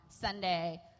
Sunday